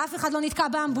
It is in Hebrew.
ואף אחד לא נתקע באמבולנסים,